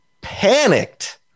panicked